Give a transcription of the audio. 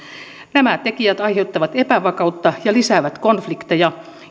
nämä tekijät aiheuttavat epävakautta ja lisäävät konflikteja